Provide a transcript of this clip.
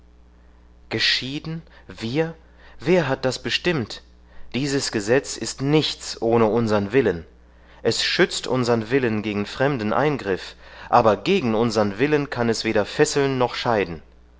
geschieden wir wer hat das bestimmt dieses gesetz ist nichts ohne unsern willen es schützt unsern willen gegen fremden eingriff aber gegen unsern willen kann es weder fesseln noch scheiden